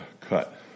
cut